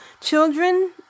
children